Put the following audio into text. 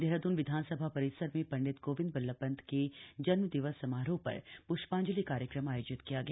देहरादून विधानसभा रिसर में ंडित गोविंद बल्लभ ंत के जन्म दिवस समारोह र ्ष्मांजलि कार्यक्रम आयोजित किया गया